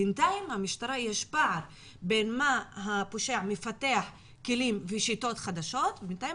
בינתיים במשטרה יש פער בין הכלים והשיטות החדשות שמפתח הפושע ובינתיים